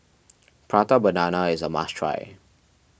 Prata Banana is a must try